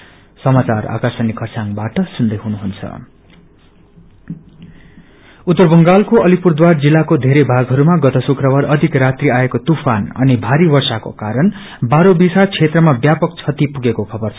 lane damage उत्तर बंगालको अलिपुरद्वार जिल्लाको धेरै भागहरूमा गत शुक्रबार अविक रात्रि आएको तुफान अनि भारी वर्षाको कारण बारोविसा क्षेत्रमा व्यापक क्षति पुगेको खबर छ